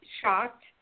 shocked